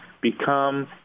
become